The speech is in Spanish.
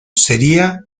sería